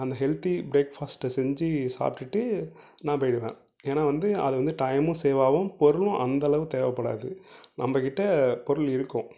அந்த ஹெல்த்தி பிரேக்ஃபாஸ்ட்டை செஞ்சு சாப்பிட்டுட்டு நான் போயிடுவேன் ஏன்னா வந்து அதை வந்து டைம்மும் சேவ் ஆகும் பொருளும் அந்த அளவு தேவைப்படாது நம்ம கிட்ட பொருள் இருக்கும்